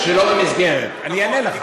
אתה שאלת שלא במסגרת, אני אענה לך.